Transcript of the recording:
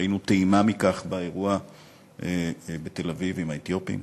ראינו טעימה מכך באירוע בתל-אביב עם האתיופים.